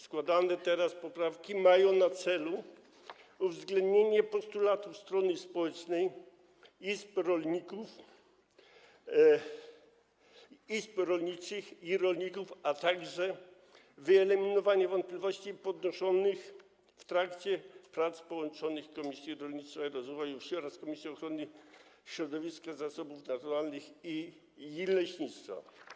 Składane teraz poprawki mają na celu uwzględnienie postulatów strony społecznej, izb rolniczych i rolników, a także wyeliminowanie wątpliwości podnoszonych w trakcie prac połączonych Komisji Rolnictwa i Rozwoju Wsi oraz Komisji Ochrony Środowiska, Zasobów Naturalnych i Leśnictwa.